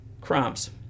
crimes